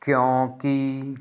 ਕਿਉਂਕਿ